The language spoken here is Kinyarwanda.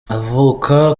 avuka